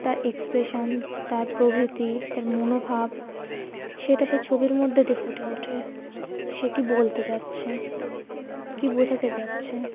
তার এক্সপ্রেশন তার প্রবৃত্তি তার মনোভাব সেটা সে ছবির মধ্যে দিয়ে ফুটে ওঠে সে কি বলতে চাচ্ছে কী বোঝাতে চাচ্ছে